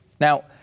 Now